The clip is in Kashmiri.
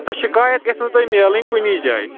سۄ شِکایت گژھِ نہٕ تۄہہِ مِلٕنۍ کُنی جایہِ